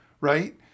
right